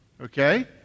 Okay